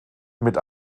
mit